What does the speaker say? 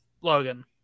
Logan